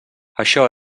això